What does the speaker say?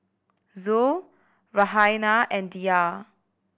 Zul Raihana and Dhia